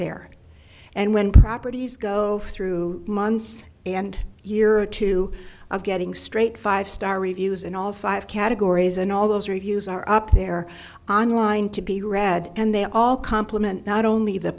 there and when properties go through months and year or two of getting straight five star reviews and all five categories and all those reviews are up there on line to be read and they all complement not only the